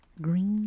green